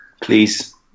Please